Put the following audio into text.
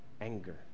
anger